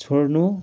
छोड्नु